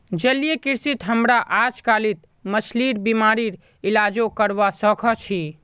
जलीय कृषित हमरा अजकालित मछलिर बीमारिर इलाजो करवा सख छि